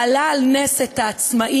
מעלה על נס את העצמאים,